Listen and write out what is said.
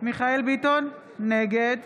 מיכאל מרדכי ביטון, נגד